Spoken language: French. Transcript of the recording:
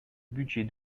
budget